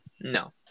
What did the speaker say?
No